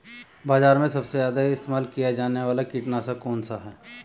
बाज़ार में सबसे ज़्यादा इस्तेमाल किया जाने वाला कीटनाशक कौनसा है?